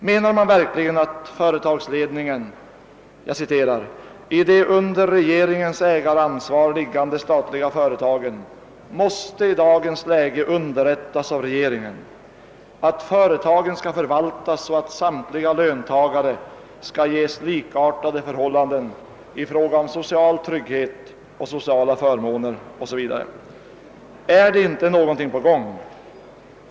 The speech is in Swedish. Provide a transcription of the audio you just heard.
Menar man verkligen att företagsledningen »i de under regeringens ägaransvar liggande statliga företagen« måste i dagens läge underrättas av regeringen, »att företagen skall ——— förvaltas så att samtliga löntagare skall ges likartade förhållanden i fråga om social trygghet och sociala förmåner», etc.? Är det inte något på gång?